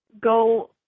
go